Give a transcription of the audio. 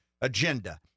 agenda